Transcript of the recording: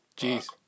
jeez